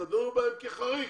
תדונו בהם כחריג.